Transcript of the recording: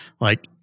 like-